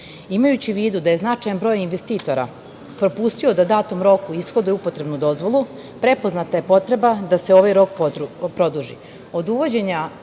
u vidu da je značajan broj investitora propustio da u datom roku ishoduje upotrebnu dozvolu, prepoznata je potreba da se ovaj rok produži.